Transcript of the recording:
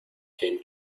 came